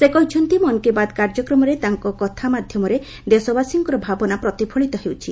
ସେ କହିଛନ୍ତି ମନ୍ କୀ ବାତ୍ କାର୍ଯ୍ୟକ୍ରମରେ ତାଙ୍କ କଥା ମାଧ୍ଧମରେ ଦେଶବାସୀଙ୍କର ଭାବନା ପ୍ରତିଫଳିତ ହେଉଛି